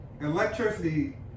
Electricity